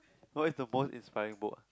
no is the most inspiring boat